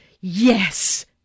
Yes